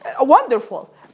wonderful